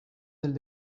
del